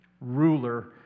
ruler